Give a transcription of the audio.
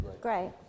Great